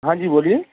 ہاں جی بولیے